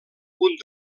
punt